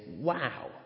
wow